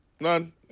None